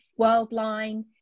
Worldline